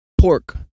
pork